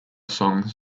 songs